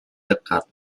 dekat